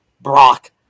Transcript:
Brock